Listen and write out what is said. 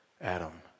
Adam